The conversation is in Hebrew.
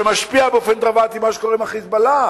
שמשפיע באופן דרמטי על מה שקורה עם ה"חיזבאללה".